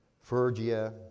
Phrygia